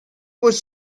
was